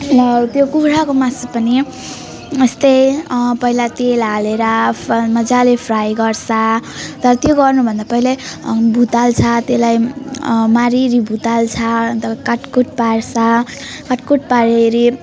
त्यो कुखुराको मासु पनि यस्तै पहिला तेल हालेर मजाले फ्राई गर्छ तर त्यो गर्नु भन्दा पहिल्यै भुत्ल्याउँछ त्यसलाई मारी ओरी भुत्ल्याउँछ अन्त काट कुट पार्छ काट कुट पारी ओरी